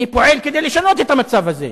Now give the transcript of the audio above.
אני פועל כדי לשנות את המצב הזה.